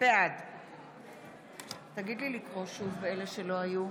בעד נא לקרוא שוב את אלה שלא היו,